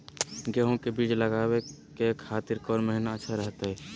गेहूं के बीज लगावे के खातिर कौन महीना अच्छा रहतय?